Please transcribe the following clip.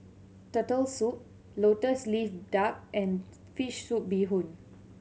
Turtle Soup Lotus Leaf Duck and fish soup bee hoon